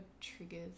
triggers